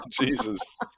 Jesus